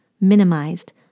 minimized